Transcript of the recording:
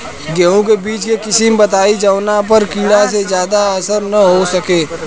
गेहूं के बीज के किस्म बताई जवना पर कीड़ा के ज्यादा असर न हो सके?